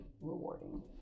rewarding